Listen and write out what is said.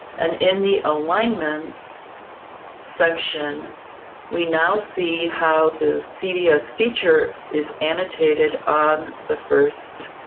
and in the alignments section we now see how the cds feature is annotated on the first